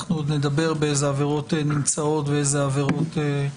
אנחנו עוד נדבר באיזה עבירות כן ובאיזה לא.